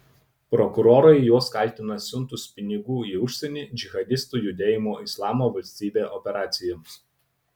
prokurorai juos kaltina siuntus pinigų į užsienį džihadistų judėjimo islamo valstybė operacijoms